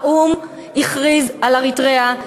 האו"ם הכריז על אריתריאה,